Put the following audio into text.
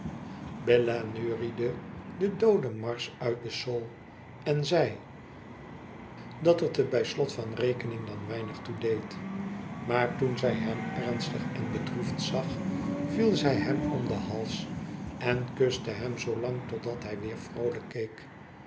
bella neunëde den doodenmarsch uit den saul en zei dat het er bij slot van rekening dan weinig toe deed maar toen zij hem ernstig en bedroefd zag viel zij hem om den hals en kuste hem zoo lang totdat hij weer vroolijk keek